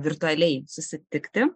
virtualiai susitikti